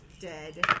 dead